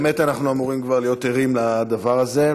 באמת אנחנו אמורים כבר להיות ערים לדבר הזה.